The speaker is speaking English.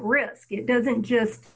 risk it doesn't just